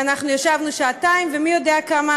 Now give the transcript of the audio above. ואנחנו ישבנו שעתיים ומי יודע כמה